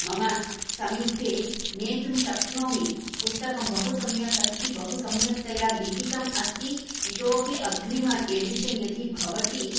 मम समीपे नेतुं शक्नोमि पुस्तकं बहु सम्यक् अस्ति बहु सम्यक्तया लिखितम् अस्ति इतोऽपि अग्रिमम् एडिशन् यदि भवति